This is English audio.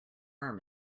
arm